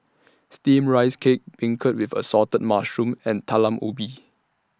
Steamed Rice Cake Beancurd with Assorted Mushrooms and Talam Ubi